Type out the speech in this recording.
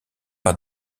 par